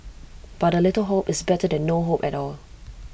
but A little hope is better than no hope at all